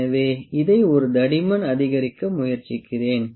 எனவே இதை ஒரு தடிமன் அதிகரிக்க முயற்சிக்கிறேன்